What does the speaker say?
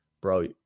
bro